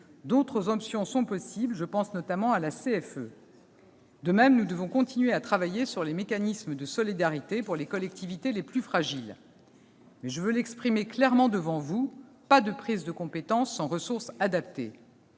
D'autres options sont possibles, je pense notamment à la CFE. De même, nous devons continuer à travailler sur les mécanismes de solidarité pour les collectivités les plus fragiles. Mais je veux l'exprimer clairement devant vous : pas de prise de compétence sans ressources adaptées.